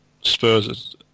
Spurs